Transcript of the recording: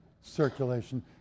circulation